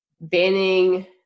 banning